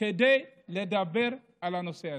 כדי לדבר על הנושא הזה.